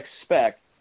expect